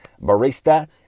barista